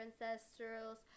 ancestors